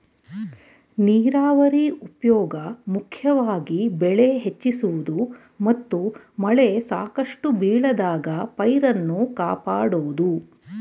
ನೀರಾವರಿ ಉಪ್ಯೋಗ ಮುಖ್ಯವಾಗಿ ಬೆಳೆ ಹೆಚ್ಚಿಸುವುದು ಮತ್ತು ಮಳೆ ಸಾಕಷ್ಟು ಬೀಳದಾಗ ಪೈರನ್ನು ಕಾಪಾಡೋದು